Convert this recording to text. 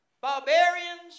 barbarians